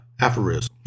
aphorisms